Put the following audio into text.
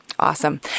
Awesome